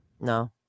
No